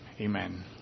Amen